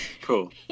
cool